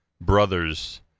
brothers